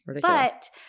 But-